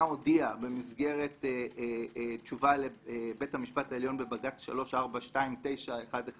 הודיעה במסגרת תשובה לבית המשפט העליון בבג"צ 342911